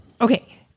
Okay